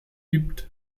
gibt